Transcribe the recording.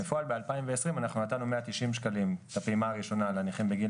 בפועל ב-2020 אנחנו נתנו 190 שקלים בפעימה הראשונה לנכים בגיל